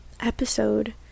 episode